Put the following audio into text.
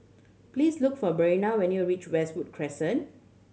please look for Brenna when you reach Westwood Crescent